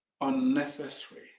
unnecessary